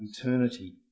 eternity